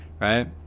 right